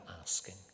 asking